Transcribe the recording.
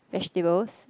vegetables